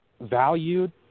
valued